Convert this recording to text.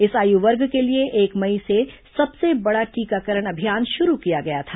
इस आयु वर्ग के लिए एक मई से सबसे बड़ा टीकाकरण अभियान शुरू किया गया था